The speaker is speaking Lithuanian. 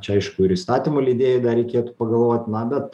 čia aišku ir įstatymų leidėjui dar reikėtų pagalvot na bet